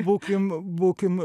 būkim būkim